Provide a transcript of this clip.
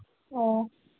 ꯑꯣ